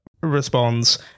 responds